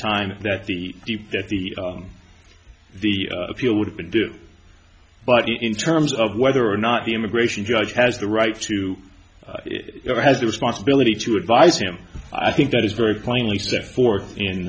time that the that the the appeal would have been due but in terms of whether or not the immigration judge has the right to or has the responsibility to advise him i think that is very plainly set forth